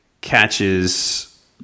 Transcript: catches